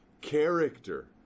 character